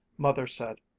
mother said,